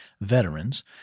veterans